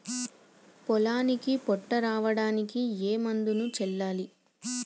పొలానికి పొట్ట రావడానికి ఏ మందును చల్లాలి?